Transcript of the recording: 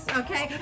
okay